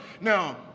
Now